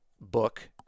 book